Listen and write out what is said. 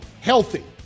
Healthy